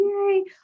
Yay